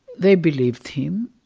they believed him.